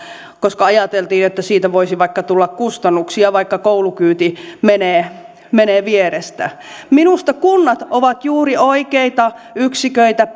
koska ajateltiin että siitä voisi vaikka tulla kustannuksia vaikka koulukyyti menee menee vierestä minusta kunnat ovat juuri oikeita yksiköitä